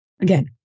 again